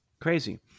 Crazy